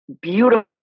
beautiful